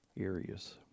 areas